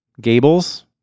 gables